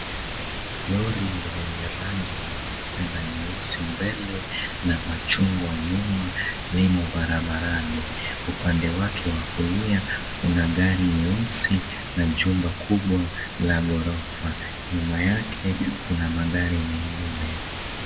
Lori lenye rangi nyeupe na nyeusi mbele na machungwa nyuma, limo barabarani. Upande wake wa kulia, kuna gari nyeusi na jumba kubwa la ghorofa. Nyuma yake, kuna magari mengine.